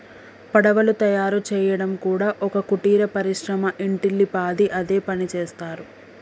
పడవలు తయారు చేయడం కూడా ఒక కుటీర పరిశ్రమ ఇంటిల్లి పాది అదే పనిచేస్తరు